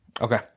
Okay